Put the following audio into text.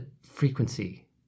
frequency